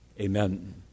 Amen